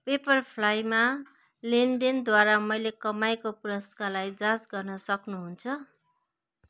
पेप्परफ्लाईमा लेनदेनद्वारा मैले कमाएको पुरस्कारलाई जाँच गर्न सक्नुहुन्छ